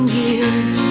years